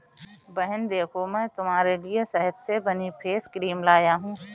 बहन देखो मैं तुम्हारे लिए शहद से बनी हुई फेस क्रीम लाया हूं